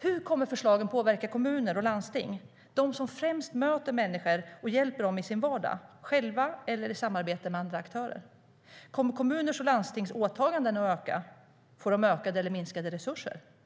Hur kommer förslagen att påverka kommuner och landsting? Det är främst de som möter människor och hjälper dem i deras vardag, själva eller i samarbete med andra aktörer. Kommer kommuners och landstings åtaganden att öka? Får de ökade eller minskade resurser?